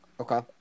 Okay